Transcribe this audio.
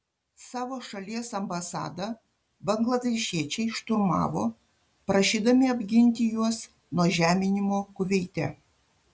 savo šalies ambasadą bangladešiečiai šturmavo prašydami apginti juos nuo žeminimo kuveite